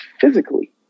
physically